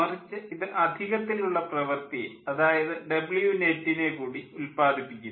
മറിച്ച് ഇത് അധികത്തിലുള്ള പ്രവൃത്തിയെ അതായത് Wnet നെ കൂടി ഉല്പാദിപ്പിക്കുന്നു